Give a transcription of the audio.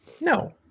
No